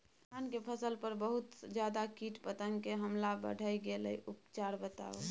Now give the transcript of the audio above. धान के फसल पर बहुत ज्यादा कीट पतंग के हमला बईढ़ गेलईय उपचार बताउ?